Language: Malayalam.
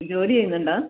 ജോലി ചെയ്യുന്നുണ്ടോ